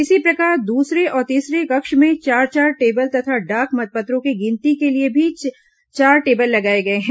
इसी प्रकार दूसरे और तीसरे कक्ष में चार चार टेबल तथा डाक मतपत्रों की गिनती के लिए भी चार टेबल लगाए गए हैं